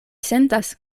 sentas